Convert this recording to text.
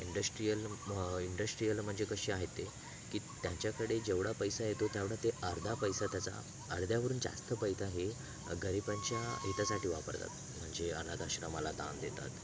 industrial industrial म्हणजे कसे आहेत ते की त्यांच्याकडे जेवढा पैसा येतो तेवढा ते अर्धा पैसा त्याच्या अर्ध्यावरून जास्त पैसा हे गरिबांच्या हितासाठी वापरतात म्हणजे अनाथ आश्रमाला दान देतात